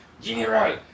General